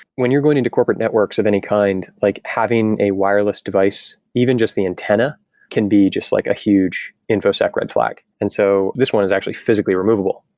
when you're going into corporate networks of any kind, like having a wireless device, even just the antenna can be just like a huge info set red flag. and so this one is actually physically removable,